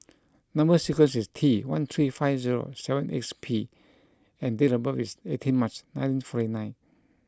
number sequence is T one three five zero seven eight six P and date of birth is eighteenth March nineteen forty nine